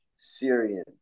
Syrian